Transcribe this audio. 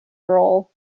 role